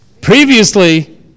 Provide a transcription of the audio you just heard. Previously